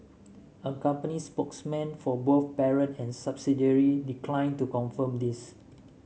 a company spokesman for both parent and subsidiary declined to confirm this